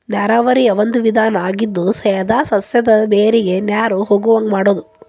ನೇರಾವರಿಯ ಒಂದು ವಿಧಾನಾ ಆಗಿದ್ದು ಸೇದಾ ಸಸ್ಯದ ಬೇರಿಗೆ ನೇರು ಹೊಗುವಂಗ ಮಾಡುದು